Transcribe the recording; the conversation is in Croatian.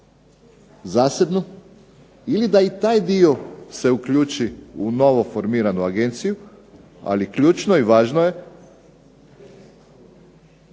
zasebnu ili da i taj dio se uključi u novoformiranu agenciju, ali ključno i važno je